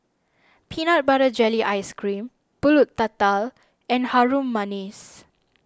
Peanut Butter Jelly Ice Cream Pulut Tatal and Harum Manis